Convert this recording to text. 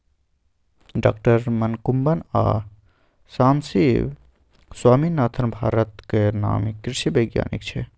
डॉ मनकुंबन आ सामसिब स्वामीनाथन भारतक नामी कृषि बैज्ञानिक छै